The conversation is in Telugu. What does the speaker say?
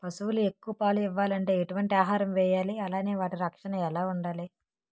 పశువులు ఎక్కువ పాలు ఇవ్వాలంటే ఎటు వంటి ఆహారం వేయాలి అలానే వాటి రక్షణ ఎలా వుండాలి?